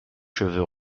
cheveux